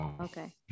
okay